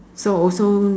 so also